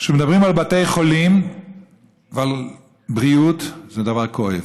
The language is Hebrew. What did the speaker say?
כשמדברים על בתי חולים ועל בריאות, זה דבר כואב.